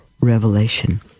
revelation